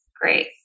Great